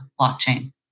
blockchain